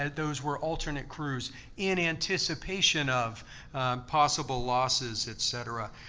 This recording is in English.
those were alternate crews in anticipation of possible losses, et cetera.